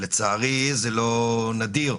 זה, לצערי, לא נדיר.